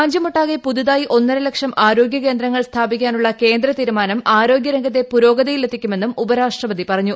രാജ്യമൊട്ടാകെ പുതുതായി ഒന്നര ലക്ഷം ആരോഗ്യകേന്ദ്രങ്ങൾ സ്ഥാപി ക്കാനുള്ള കേന്ദ്ര തീരുമാനം ആരോഗ്യരംഗത്തെ പുരോഗതിയിലെത്തി ക്കുമെന്നും ഉപരാഷ്ട്രപതി പറഞ്ഞു